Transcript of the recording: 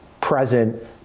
present